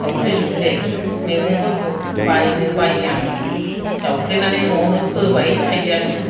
जावफ्ले जुवफ्ले मैगंफोरखौ बायनो बायो आं जावफ्लेनानै न'आवनो फोबाय थायो आङो